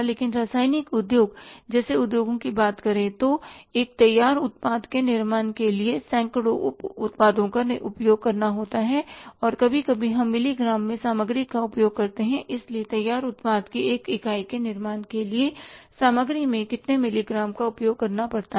लेकिन रासायनिक उद्योग जैसे उद्योगों की बात करें तो एक तैयार उत्पाद के निर्माण के लिए सैकड़ों उप उत्पादों का उपयोग करना होता है और कभी कभी हम मिलीग्राम में सामग्री का उपयोग करते हैं इसलिए तैयार उत्पाद की एक इकाई के निर्माण के लिए सामग्री में कितने मिलीग्राम का उपयोग करना पड़ता है